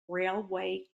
railway